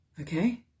Okay